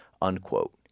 unquote